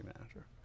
manager